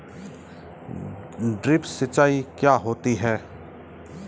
Drip सिंचाई क्या होती हैं?